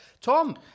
Tom